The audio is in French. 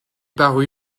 paru